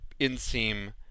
inseam